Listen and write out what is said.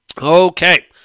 Okay